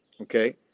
Okay